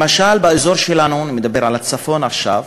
למשל, באזור שלנו, אני מדבר על הצפון עכשיו,